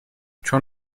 چون